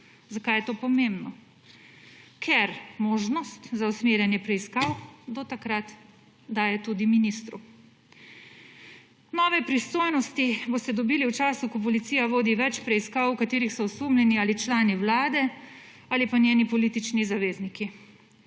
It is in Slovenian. Zakaj je to pomembno? Ker možnost za usmerjanje preiskav do takrat daje tudi ministru. Nove pristojnosti boste dobili v času, ko policija vodi več preiskav, v katerih so osumljeni ali člani vlade ali pa njeni politični zavezniki.